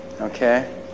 Okay